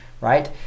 right